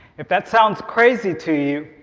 if that sounds crazy to you,